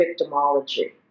victimology